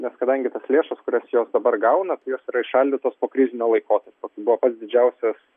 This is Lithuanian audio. nes kadangi tos lėšos kurios jos dabar gauna tai jos yra įšaldytos po krizinio laikotarpio buvo pats didžiausias